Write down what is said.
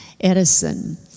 Edison